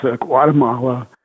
Guatemala